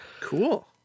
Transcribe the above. cool